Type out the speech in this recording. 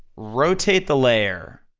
rotate the layer,